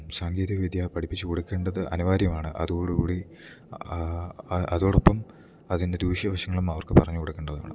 സാങ്കേതിക വിദ്യ പഠിപ്പിച്ച് കൊടുക്കേണ്ടത് അനിവാര്യമാണ് അതോടുകൂടി അതോടൊപ്പം അതിൻ്റ ദൂഷ്യവശങ്ങൾ അവർക്കും പറഞ്ഞ് കൊടുക്കേണ്ടതാണ്